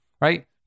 Right